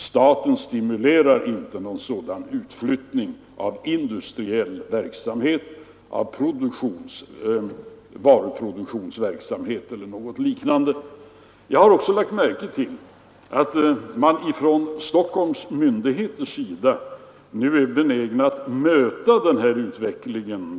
Staten stimulerar inte någon sådan utflyttning av industriell verksamhet, varuproduktionsverksamhet eller liknande. Jag har också lagt märke till att man från Stockholms myndigheters sida nu är benägen att möta denna utveckling.